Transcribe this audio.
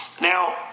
Now